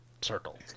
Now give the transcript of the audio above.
circle